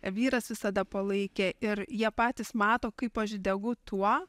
vyras visada palaikė ir jie patys mato kaip aš degu tuo